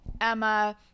Emma